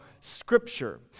Scripture